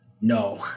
No